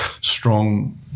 strong